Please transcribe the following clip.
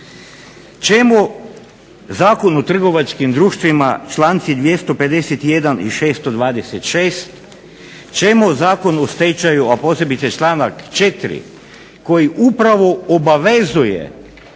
Čemu Zakon o trgovačkim društvima članci 251. i 626.? Čemu Zakon o stečaju a posebice članak 4. koji upravo obavezuje